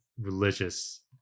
religious